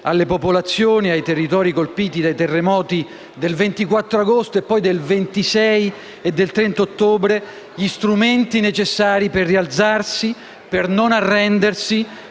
alle popolazioni e ai territori colpiti dai terremoti del 24 agosto e poi del 26 e del 30 ottobre gli strumenti necessari per rialzarsi, non arrendersi